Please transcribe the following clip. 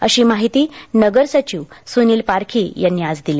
अशी माहिती नगरसचिव सुनिल पारखी यांनी आज दिली